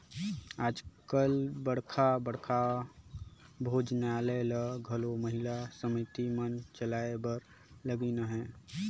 आएज काएल बड़खा बड़खा भोजनालय ल घलो महिला समिति मन चलाए बर लगिन अहें